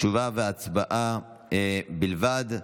תשובה והצבעה בלבד.